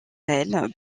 elles